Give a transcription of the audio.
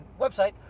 website